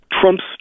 trump's